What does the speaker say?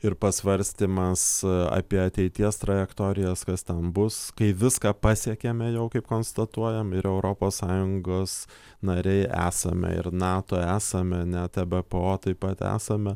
ir pasvarstymas apie ateities trajektorijas kas ten bus kai viską pasiekėme jau kaip konstatuojam ir europos sąjungos nariai esame ir nato esame net ebpo taip pat esame